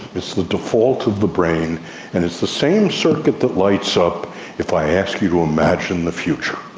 it's the default of the brain and it's the same circuit that lights up if i ask you to imagine the future.